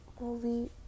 movie